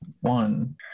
one